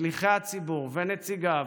שליחי הציבור ונציגיו,